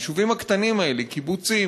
היישובים הקטנים האלה: קיבוצים,